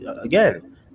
again